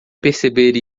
perceber